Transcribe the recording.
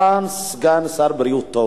אתה סגן שר בריאות טוב.